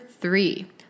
three